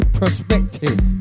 perspective